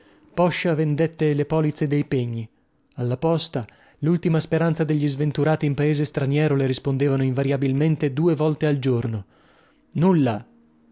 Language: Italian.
poscia vendette le polizze dei pegni alla posta lultima speranza degli sventurati in paese straniero le rispondevano invariabilmente due volte al giorno una